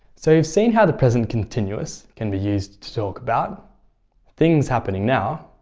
so you've seen how the present continuous can be used to talk about things happening now